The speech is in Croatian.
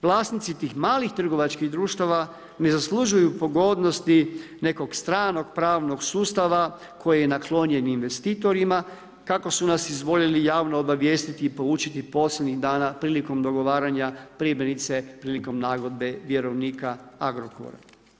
Vlasnici tih malih trgovačkih društava ne zaslužuju pogodnosti nekog stranog pravnog sustava koji je naklonjen investitorima, kako su nas izdvojili javno da … posljednjih dana prilikom dogovaranja, primjerice prilikom nagodbe vjerovnika Agrokora.